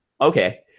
Okay